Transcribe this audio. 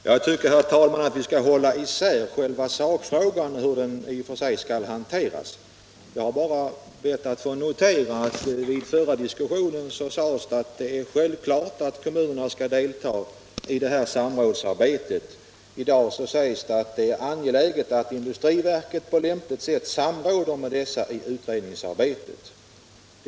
Herr talman! Jag tycker att vi skall hålla oss till hur själva sakfrågan skall hanteras. Jag har bara noterat att i den förra diskussionen sades det att det är självklart att kommunerna skall delta i det här samrådsarbetet, medan det i dag sägs att det är angeläget att industriverket på lämpligt sätt samråder med kommunerna i utredningsarbetet.